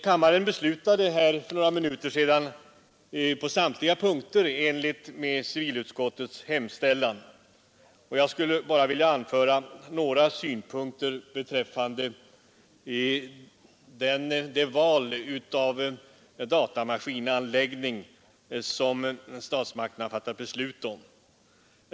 Kammaren beslutade för några minuter sedan på samtliga punkter i enlighet med civilutskottets hemställan, och jag skulle bara vilja anföra några synpunkter beträffande det val av datamaskinanläggning som statsmakterna fattat beslut om.